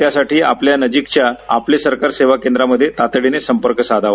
त्यासाठी आपल्या नजिकच्या आपले सरकार सेवा केंद्रामध्ये तातडीने संपर्क साधावा